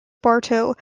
bartow